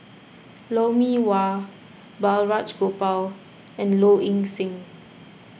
Lou Mee Wah Balraj Gopal and Low Ing Sing